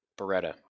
Beretta